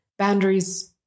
Boundaries